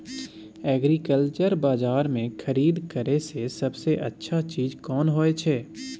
Agriculture बाजार में खरीद करे से सबसे अच्छा चीज कोन होय छै?